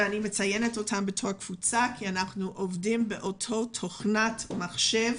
אני מציינת אותם בתור קבוצה כי אנחנו עובדים באותו תוכנת מחשב